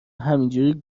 همینجوری